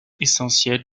essentielle